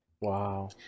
wow